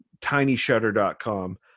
tinyshutter.com